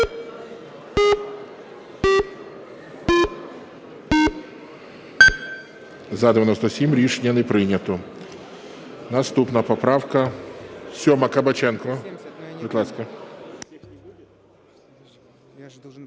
За-97 Рішення не прийнято. Наступна поправка 7. Кабаченко,